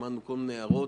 שמענו כל מיני הערות,